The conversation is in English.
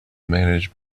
managed